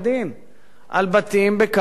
על בתים בקרקע לא להם.